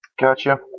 Gotcha